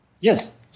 Yes